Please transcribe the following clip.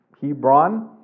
Hebron